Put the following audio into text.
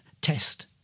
test